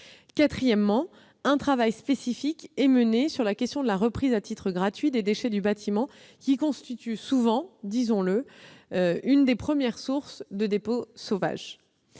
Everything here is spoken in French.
Enfin, un travail spécifique est mené sur la question de la reprise à titre gratuit des déchets du bâtiment, qui constituent souvent l'une des premières sources de dépôts sauvages.